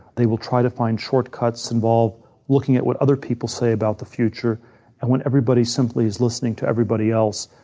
they will try to find short cuts involved looking at what other people say about the future and when everybody, simply listening to everybody else.